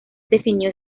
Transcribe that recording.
definió